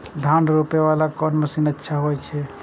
धान रोपे वाला कोन मशीन अच्छा होय छे?